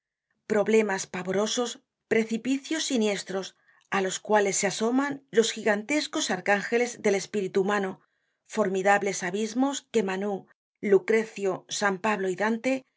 problemas pavorosos precipicios siniestros á los cuales se asoman los gigantescos arcángeles del espíritu humano formidables abismos que manú lucrecio san pablo y dante